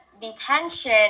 detention